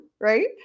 right